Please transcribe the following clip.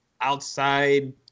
outside